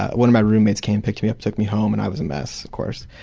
one of my roommates came, picked me up, took me home, and i was a mess of course.